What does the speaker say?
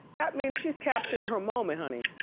that means she's capturing her moment, honey.